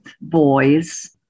boys